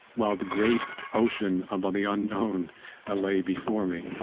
while the great ocean of the unknown ah lay before me.